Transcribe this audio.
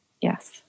yes